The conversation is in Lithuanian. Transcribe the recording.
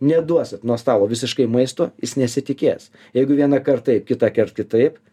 neduosit nuo stalo visiškai maisto jis nesitikės jeigu vieną kart taip kitą kart kitaip